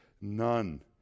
none